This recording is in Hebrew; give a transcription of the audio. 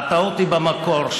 והטעות היא במקור,